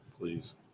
Please